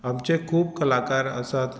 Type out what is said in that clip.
आमचे खूब कलाकार आसात